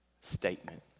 statement